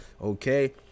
Okay